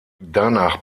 danach